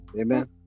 Amen